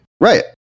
Right